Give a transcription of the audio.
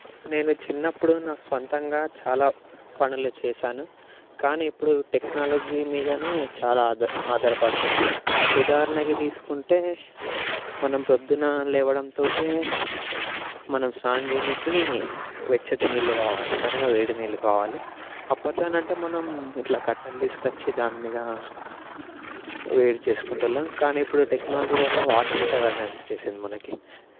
నేను చిన్నప్పుడు నా సొంతంగా చాలా పనులు చేశాను కానీ ఇప్పుడు టెక్నాలజీ మీదనే చాలా ఆధా ఆధారపడుతున్నాను ఉదాహరణకి తీసుకుంటే మనం ప్రొద్దున లేవడంతోటే మనం స్నానం చెయ్యనీకి వెచ్చటి నీళ్ళు కావాలి అనగా వేడి నీళ్ళు కావాలి అప్పట్లోనంటే మనం ఇట్లా కట్టలు తీసుకువచ్చి దానిమీద వేడి చేసుకుటళ్ళం కానీ ఇప్పుడు టెక్నాలజీ వల్ల వాటర్ హీటర్ అనేది వచ్చేసింది మనకి